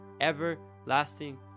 everlasting